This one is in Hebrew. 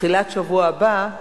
בתחילת השבוע הבא,